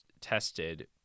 tested